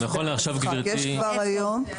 יש כבר היום.